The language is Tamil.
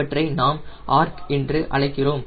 இவற்றை நாம் ARC என்று அழைக்கிறோம்